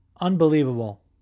unbelievable